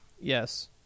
yes